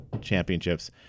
championships